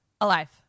Alive